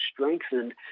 strengthened